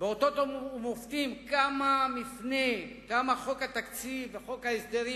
באותות ובמופתים כמה חוק התקציב וחוק ההסדרים,